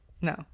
no